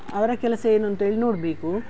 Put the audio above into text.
ಅವರ ಕೆಲಸ ಏನಂತ ಹೇಳಿ ನೋಡಬೇಕು